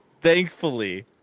thankfully